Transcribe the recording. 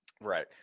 Right